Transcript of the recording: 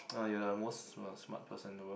you're like most smart person in the world